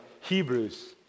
Hebrews